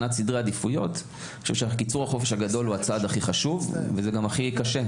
קיצור החופש הגדול הוא הצעד הכי חשוב וזה גם הכי קשה מבחינת המשא ומתן.